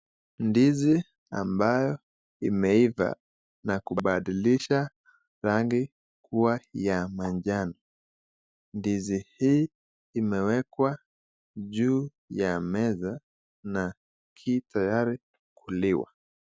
Ndizi ambayo imeiva na kubadilisha rangi kuwa ya manjano. Ndizi hii imewekwa juu ya meza na iko tayari kuliwa.